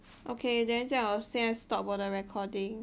okay then 这样我先 stop 我的 recording